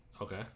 Okay